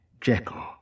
Jekyll